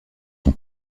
son